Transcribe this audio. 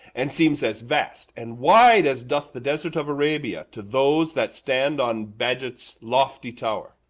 and seems as vast and wide as doth the desert of arabia to those that stand on bagdet's lofty tower,